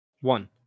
one